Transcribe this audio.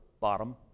bottom